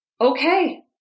Okay